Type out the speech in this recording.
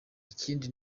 ikindi